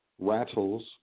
rattles